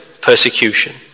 persecution